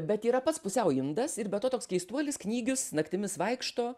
bet yra pats pusiau indas ir be to toks keistuolis knygius naktimis vaikšto